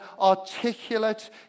articulate